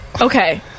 Okay